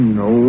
no